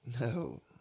No